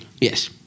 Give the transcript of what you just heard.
Yes